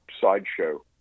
sideshow